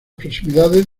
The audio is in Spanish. proximidades